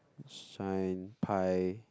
shine pie